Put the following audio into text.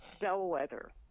bellwether